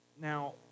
Now